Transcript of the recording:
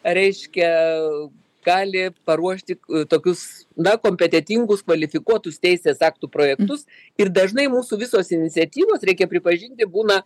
reiškia gali paruošti tokius na kompetentingus kvalifikuotus teisės aktų projektus ir dažnai mūsų visos iniciatyvos reikia pripažinti būna